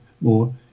more